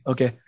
Okay